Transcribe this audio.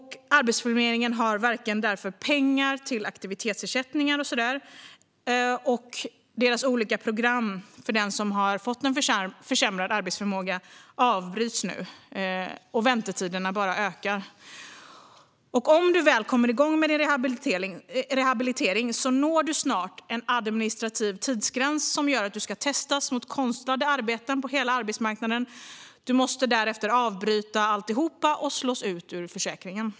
Arbetsförmedlingen har därför inte några pengar till aktivitetsersättningar, och deras olika program för den som har fått försämrad arbetsförmåga avbryts nu. Och väntetiderna bara ökar. Om du väl kommer igång med rehabilitering når du snart en administrativ tidsgräns som gör att du ska testas mot konstlade arbeten på hela arbetsmarknaden. Du måste därefter avbryta alltihop och slås ut ur försäkringen.